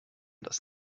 das